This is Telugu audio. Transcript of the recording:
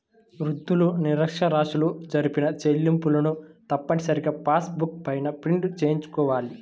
వృద్ధులు, నిరక్ష్యరాస్యులు జరిపిన చెల్లింపులను తప్పనిసరిగా పాస్ బుక్ పైన ప్రింట్ చేయించుకోవాలి